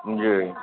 जी